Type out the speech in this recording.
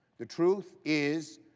the truth is,